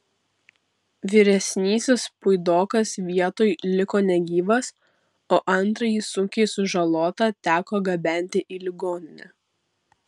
vyresnysis puidokas vietoj liko negyvas o antrąjį sunkiai sužalotą teko gabenti į ligoninę